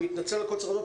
אני מתנצל על קוצר הזמן,